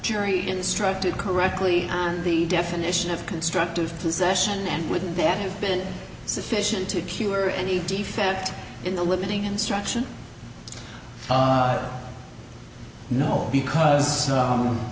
jury instructed correctly on the definition of constructive possession and wouldn't that have been sufficient to cure any defect in the limiting instruction no because